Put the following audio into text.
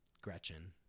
Gretchen